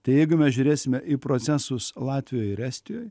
tai jeigu mes žiūrėsime į procesus latvijoj ir estijoj